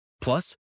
Plus